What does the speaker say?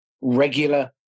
regular